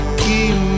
keep